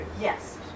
Yes